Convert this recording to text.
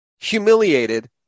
humiliated